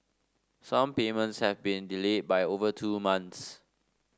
some payments have been delayed by over two months